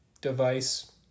device